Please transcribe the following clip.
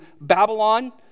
Babylon